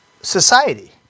society